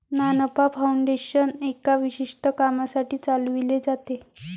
ना नफा फाउंडेशन एका विशिष्ट कामासाठी चालविले जाते